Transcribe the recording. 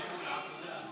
שלוש